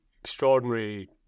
extraordinary